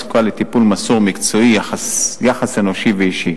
שזקוקה לטיפול מסור ומקצועי וליחס אנושי ואישי.